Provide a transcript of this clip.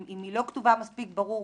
אם היא לא כתובה מספיק ברור,